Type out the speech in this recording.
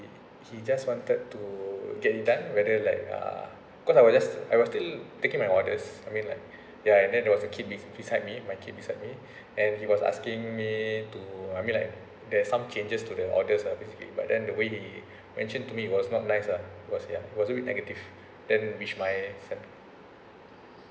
he just wanted to get it done weather like uh because I was just I was still taking my orders I mean like ya and then there was a kid with my kid beside me and he was asking me to I mean like there's some changes to the orders lah basically but then the way he mentioned to me was not nice ah was ya he was really negative then which my fam~